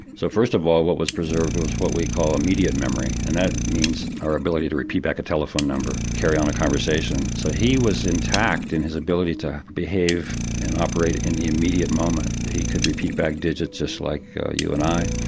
so first of all what was preserved was what we call immediate memory and that means our ability to repeat back a telephone number, carry on a conversation so he was intact in his ability to behave and operate in the immediate moment he could repeat back digits just like you and i,